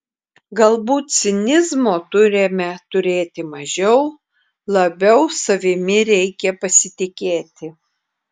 galbūt cinizmo turime turėti mažiau labiau savimi reikia pasitikėti